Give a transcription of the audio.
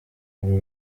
uru